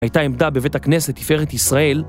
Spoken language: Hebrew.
הייתה עמדה בבית הכנסת עפרת ישראל